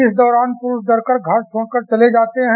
इस दौरान पुरूष डर का घर छोड़ कर चले जाते हैं